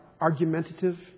argumentative